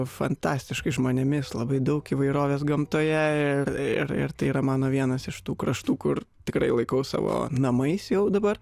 fantastiškais žmonėmis labai daug įvairovės gamtoje ir ir ir tai yra mano vienas iš tų kraštų kur tikrai laikau savo namais jau dabar